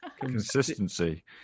consistency